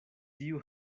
tiu